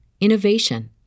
innovation